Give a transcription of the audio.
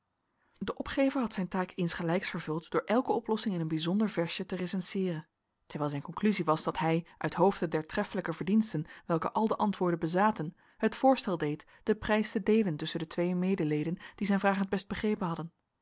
de opgever had zijn taak insgelijks vervuld door elke oplossing in een bijzonder versje te recenseeren terwijl zijn conclusie was dat hij uithoofde der treffelijke verdiensten welke al de antwoorden bezaten het voorstel deed den prijs te deelen tusschen de twee medeleden die zijn vraag het best begrepen hadden